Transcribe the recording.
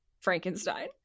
frankenstein